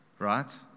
right